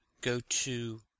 go-to